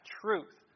truth